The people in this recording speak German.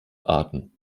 arten